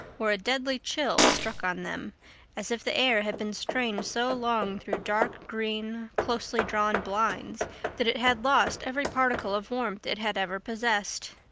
where a deadly chill struck on them as if the air had been strained so long through dark green, closely drawn blinds that it had lost every particle of warmth it had ever possessed.